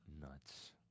nuts